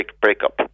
breakup